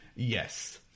Yes